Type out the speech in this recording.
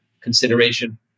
consideration